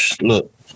Look